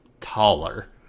taller